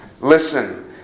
listen